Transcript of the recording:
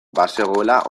bazegoela